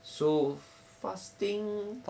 so fasting